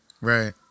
right